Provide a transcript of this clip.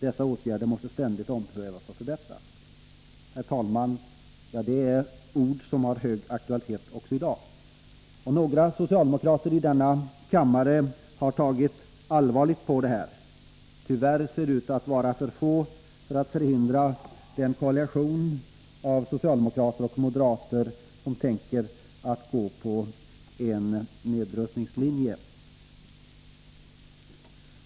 Dessa åtgärder måste ständigt omprövas och förbättras.” Det är, herr talman, ord som har hög aktualitet också i dag. Några socialdemokrater i denna kammare har tagit allvarligt på det här. Tyvärr ser de ut att vara för få för att förhindra den koalition av socialdemokrater och moderater som tänker gå på en nedrustningslinje.